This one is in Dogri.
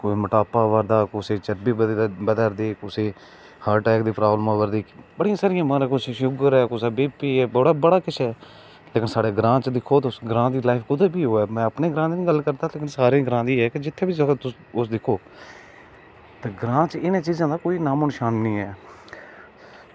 कोई मोटापा होआ दा कुसै गी चर्बी बधा दी कुसैगी हार्ट अटैक दी प्राब्लम आवा दी बड़ियां सारियां मतलब कुसै गी शुगर ऐ कुसे बी पी ऐ बड़ा बड़ा किश ऐ लेकिन साढ़े ग्रांऽ च दिक्खो तुस ग्रां दी लाइफ कुदै बी होऐ में अपने ग्रांऽ दी निं गल्ल करदा सारे ग्रांऽ दी ऐ की जित्थें बी तुस दिक्खो ते ग्रांऽ च इनें चीजें दा कोई नामो निशान निं ऐ